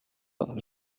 pas